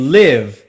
live